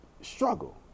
struggle